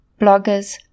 bloggers